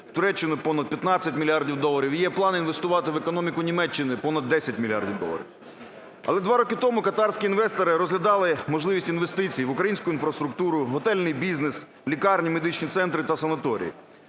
в Туреччину – понад 15 мільярдів доларів. Є плани інвестувати в економіку Німеччини понад 10 мільярдів доларів. Але 2 роки тому катарські інвестори розглядали можливість інвестицій в українську інфраструктуру, в готельний бізнес, в лікарні, медичні центри та санаторії.